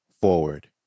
forward